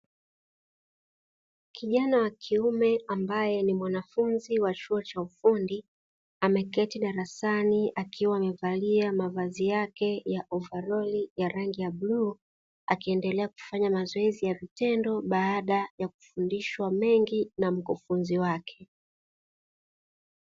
Kijana wa kiume ambaye ni mwanafunzi wa chuo cha ufundi, ameketi darasani akiwa amevalia mavazi yake ya ovaroli ya rangi ya bluu, akiendelea kufanya mazoezi ya vitendo, baada ya kufundishwa mengi na mkufunzi wake.